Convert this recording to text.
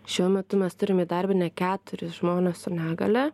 šiuo metu mes turim įdarbinę keturis žmones su negalia